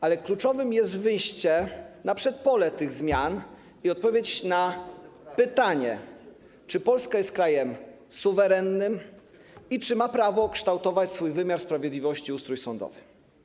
Ale kluczowe jest wyjście na przedpole tych zmian i odpowiedź na pytanie, czy Polska jest krajem suwerennym i czy ma prawo kształtować swój wymiar sprawiedliwości i ustrój sądowy.